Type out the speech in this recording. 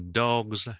dogs